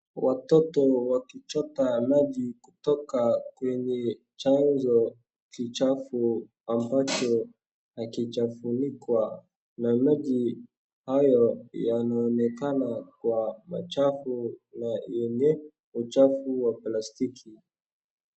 Watoto wakichota maji kutoka kwenye chanzo kichafu ambacho hakijafunikwa na maji hayo yanaonekana kuwa machafu na yenye uchafu wa plastiki.